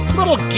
Little